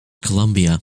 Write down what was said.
columbia